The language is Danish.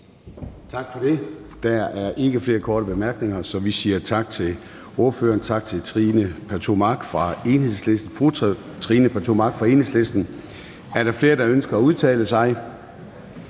Tak for det. Der er ikke flere korte bemærkninger, så vi siger tak til fru Sascha Faxe. Er der flere, der ønsker at udtale sig?